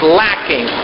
lacking